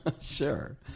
Sure